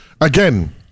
again